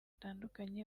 batandukanye